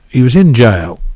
he was in jail,